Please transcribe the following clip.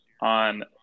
on